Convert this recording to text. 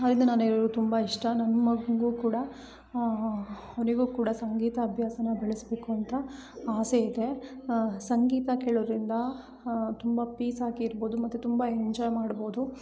ಆದ್ದರಿಂದ ಅವರು ತುಂಬ ಇಷ್ಟ ನನ್ನ ಮಗನಿಗೂ ಕೂಡ ಅವನಿಗೂ ಕೂಡ ಸಂಗೀತ ಅಭ್ಯಾಸನ ಬೆಳೆಸಬೇಕು ಅಂತ ಆಸೆ ಇದೆ ಸಂಗೀತ ಕೇಳೋದರಿಂದ ತುಂಬ ಪೀಸ್ ಆಗಿ ಇರ್ಬೋದು ಮತ್ತು ತುಂಬ ಎಂಜಾಯ್ ಮಾಡ್ಬೌದು